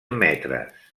metres